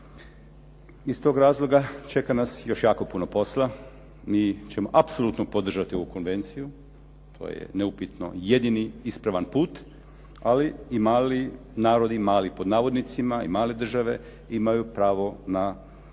Iz tog razloga čeka nas još jako puno posla. Mi ćemo apsolutno podržati ovu konvenciju. To je neupitno jedini ispravan put, ali i mali narodi, mali pod navodnicima, i male države imaju pravo na